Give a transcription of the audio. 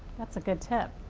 that's a good tip.